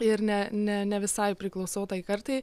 ir ne ne ne visai priklausau tai kartai